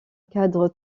cadre